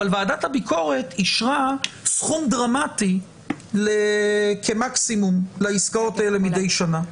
אבל ועדת הביקורת אישרה סכום דרמטי כמקסימום לעסקאות האלה מדי שנה.